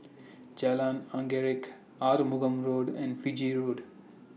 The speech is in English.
Jalan Anggerek Arumugam Road and Fiji Road